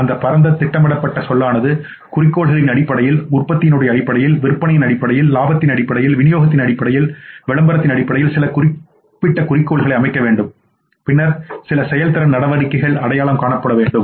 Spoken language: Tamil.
அந்தபரந்ததிட்டமிடப்பட்ட சொல்லானது குறிக்கோள்களின் அடிப்படையில் உற்பத்தியின் அடிப்படையில் விற்பனையின் அடிப்படையில் லாபத்தின் அடிப்படையில் விநியோகத்தின் அடிப்படையில் விளம்பரத்தின் அடிப்படையில் சில குறிப்பிட்ட குறிக்கோள்களை அமைக்க வேண்டும் பின்னர் சில செயல்திறன் நடவடிக்கைகள் அடையாளம் காணப்பட வேண்டும்